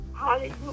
Hallelujah